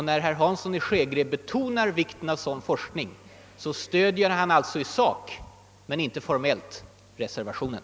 När herr Hansson i Skegrie betonar vikten av sådan forskning stöder han alltså i sak, men inte formellt, reservationen.